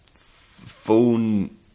phone